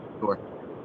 Sure